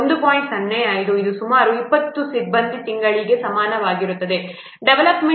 05 ಇದು ಸುಮಾರು 20 ಸಿಬ್ಬಂದಿ ತಿಂಗಳಿಗೆ ಸಮಾನವಾಗಿರುತ್ತದೆ ಡೆವಲಪ್ಮೆಂಟ್ ಸಮಯವು 2